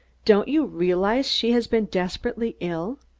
don't you realize she has been desperately ill?